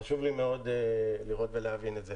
חשוב לי מאוד לראות ולהבין את זה.